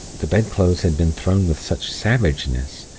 the bedclothes had been thrown with such savageness!